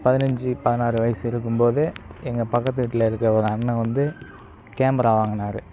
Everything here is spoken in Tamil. பதினஞ்சு பதினாறு வயசு இருக்கும் போது எங்கள் பக்கத்து வீட்டில இருக்கிற ஒரு அண்ணன் வந்து கேமரா வாங்கினார்